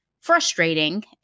frustrating